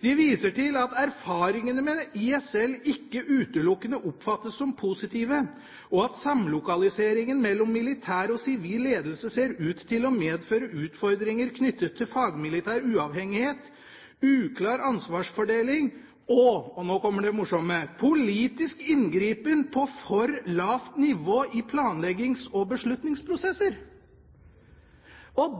De «viser til at erfaringene med ISL ikke utelukkende oppfattes som positive og at samlokaliseringen mellom militær og sivil ledelse ser ut til å medføre utfordringer knyttet til fagmilitær uavhengighet, uklar ansvarsfordeling og» – og nå kommer det morsomme – «politisk inngripen på for lavt nivå i planleggings- og beslutningsprosesser».